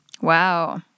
Wow